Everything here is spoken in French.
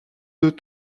deux